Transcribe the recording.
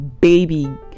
baby